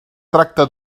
tracta